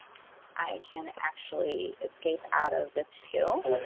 i can actually escape out of this view